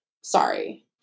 Sorry